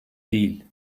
değil